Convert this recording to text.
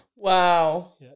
Wow